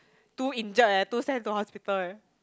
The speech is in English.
two injured eh two sent to hospital eh